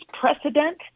precedent